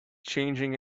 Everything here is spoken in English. changing